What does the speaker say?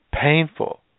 painful